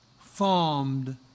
formed